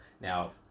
Now